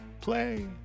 play